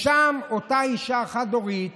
שם, אישה חד-הורית